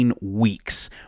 weeks